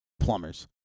plumbers